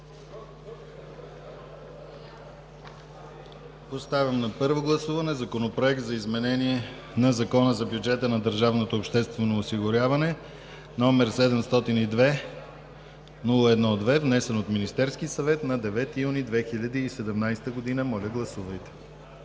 Поставям на първо гласуване Законопроект за изменение на Закона за бюджета на държавното обществено осигуряване, № 702-01-2, внесен от Министерския съвет на 9 юни 2017 г. Гласували